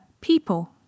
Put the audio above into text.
people